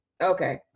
okay